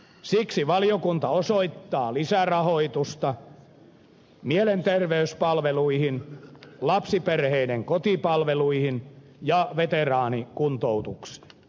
siksi valiokunta osoittaa lisärahoitusta mielenterveyspalveluihin lapsiperheiden kotipalveluihin ja veteraanikuntoutukseen